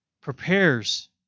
prepares